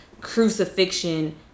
crucifixion